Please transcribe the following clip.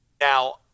Now